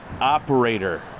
Operator